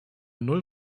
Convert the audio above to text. null